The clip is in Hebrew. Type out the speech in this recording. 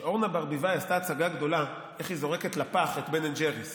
שאורנה ברביבאי עשתה הצגה גדולה איך היא זורקת לפח את בן אנד ג'ריס,